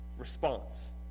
response